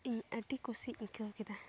ᱤᱧ ᱟᱹᱰᱤ ᱠᱩᱥᱤᱧ ᱟᱹᱭᱠᱟᱹᱣ ᱠᱮᱫᱟ